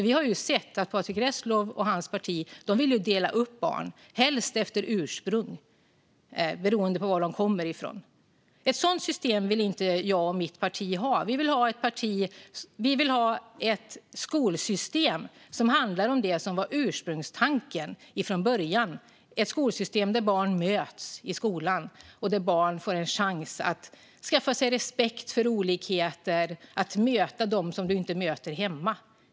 Vi har ju sett att Patrick Reslow och hans parti vill dela upp barn, helst efter ursprung och beroende på var de kommer ifrån. Ett sådant system vill inte jag och mitt parti ha. Vi vill ha ett skolsystem som handlar om det som var ursprungstanken - ett skolsystem där barn möts i skolan och där barn får en chans att skaffa sig respekt för olikheter och att möta dem som de inte möter hemma.